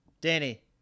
danny